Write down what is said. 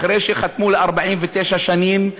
אחרי שחתמו ל-49 שנים,